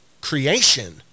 creation